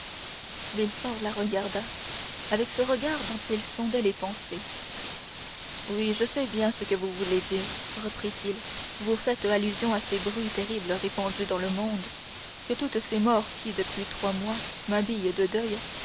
exclamation villefort la regarda avec ce regard dont il sondait les pensées oui je sais ce que vous voulez dire reprit-il vous faites allusion à ces bruits terribles répandus dans le monde que toutes ces morts qui depuis trois mois m'habillent de deuil